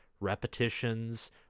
repetitions